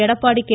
Edappadi K